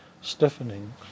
stiffening